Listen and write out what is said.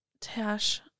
Tash